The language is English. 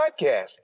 Podcast